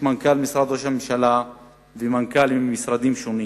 מנכ"ל משרד ראש הממשלה ומנכ"לים ממשרדים שונים.